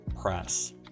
press